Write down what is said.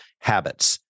habits